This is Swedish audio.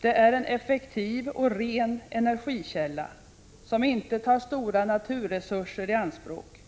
Den är en effektiv och ren energikälla, som inte tar stora naturresurser i anspråk